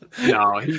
No